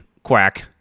Quack